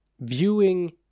viewing